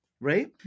right